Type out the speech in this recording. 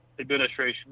administration